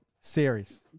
series